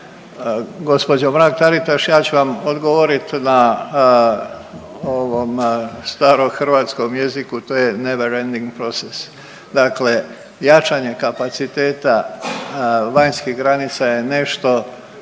Gospođo Mrak Taritaš ja ću vam odgovorit na ovom starohrvatskom jeziku to je never ending process. Dakle, jačanje kapaciteta vanjskih granica je nešto